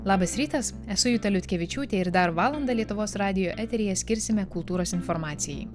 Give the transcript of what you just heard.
labas rytas esu juta liutkevičiūtė ir dar valandą lietuvos radijo eteryje skirsime kultūros informacijai